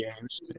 games